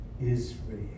Israel